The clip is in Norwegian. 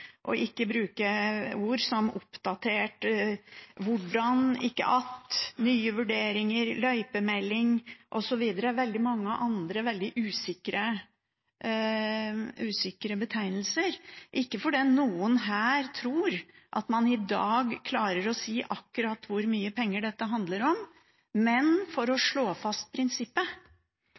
ikke bruke ord som oppdatert, hvordan, ikke at, nye vurderinger, løypemelding og veldig mange andre veldig usikre betegnelser – ikke fordi noen her tror at man i dag klarer å si akkurat hvor mye penger dette handler om, men for å slå fast prinsippet.